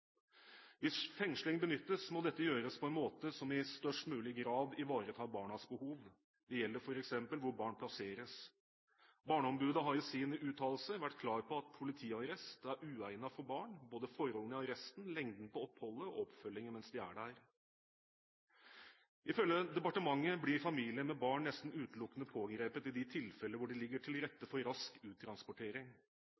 Hvis fengsling benyttes, må dette gjøres på en måte som i størst mulig grad ivaretar barnas behov – det gjelder f.eks. hvor barn plasseres. Barneombudet har i sine uttalelser vært klar på at politiarrest er uegnet for barn. Det gjelder både forholdene i arresten, lengden på oppholdet og oppfølgingen mens de er der. Ifølge departementet blir familier med barn nesten utelukkende pågrepet i de tilfellene hvor det ligger til rette